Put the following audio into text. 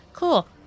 Cool